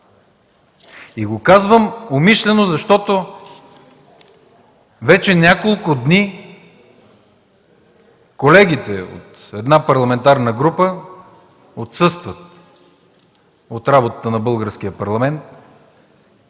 Казвам го умишлено, защото вече няколко дни колегите от една парламентарна група отсъстват от работата на Българския парламент.